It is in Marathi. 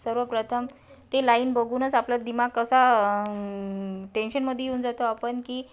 सर्वप्रथम ते लाईन बघूनच आपला दिमाग कसा टेन्शनमध्ये येऊन जातो आपण की